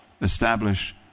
establish